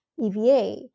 EVA